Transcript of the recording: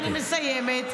אני מסיימת.